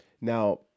Now